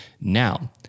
Now